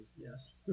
Yes